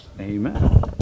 Amen